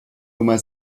nummer